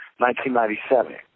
1997